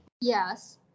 Yes